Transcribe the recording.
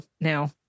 now